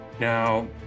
now